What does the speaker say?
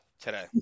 today